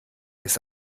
ist